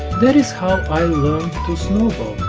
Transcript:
that is how i learn to snowboard,